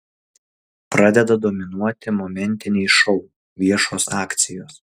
pradeda dominuoti momentiniai šou viešos akcijos